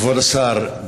כבוד השר,